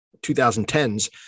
2010s